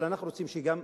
אבל אנחנו רוצים גם,